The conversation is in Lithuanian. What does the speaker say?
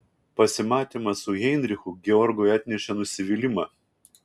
pasimatymas su heinrichu georgui atnešė nusivylimą